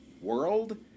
world